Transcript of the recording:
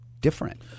different